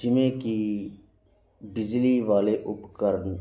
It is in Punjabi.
ਜਿਵੇਂ ਕਿ ਬਿਜਲੀ ਵਾਲੇ ਉਪਕਰਨ